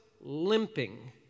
limping